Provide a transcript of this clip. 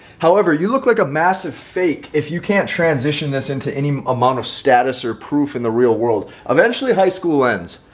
however, you look like a massive fake if you can't transition this into any amount of status or proof in the real world. eventually high school ends.